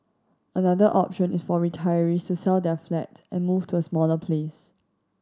another option is for retirees to sell their flat and move to a smaller place